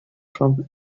from